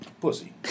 pussy